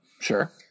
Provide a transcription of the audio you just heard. sure